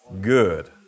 good